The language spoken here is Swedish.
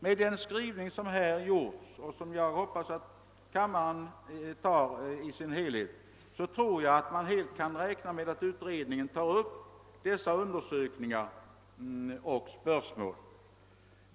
Med den skrivning som har gjorts tror jag att vi kan räkna med att utredningen tar upp dessa spörsmål.